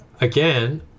again